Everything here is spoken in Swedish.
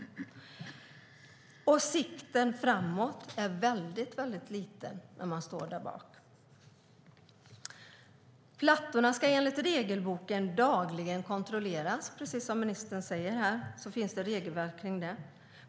Sikten framåt är också liten. Plattorna ska enligt regelboken kontrolleras dagligen. Precis som ministern säger finns det regelverk kring det.